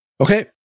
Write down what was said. Okay